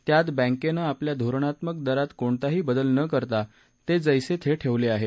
त्यात बँकेनं आपल्या धोरणात्मक दरात कोणताही बदल न करता ते जैसे थे ठेवले आहेत